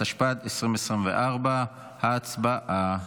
התשפ"ד 2024. הצבעה.